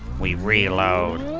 we reload.